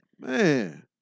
Man